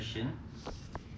question